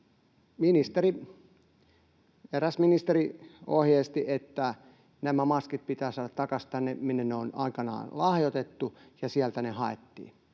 eräs ministeri ohjeisti, että nämä maskit pitää saada takaisin tänne sieltä, minne ne on aikanaan lahjoitettu, ja sieltä ne haettiin.